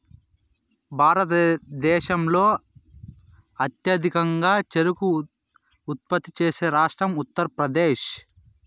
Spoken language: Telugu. భారతదేశంలో అత్యధికంగా చెరకు ఉత్పత్తి చేసే రాష్ట్రం ఉత్తరప్రదేశ్